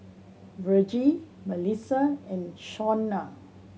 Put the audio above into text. Virgie Melisa and Shawnna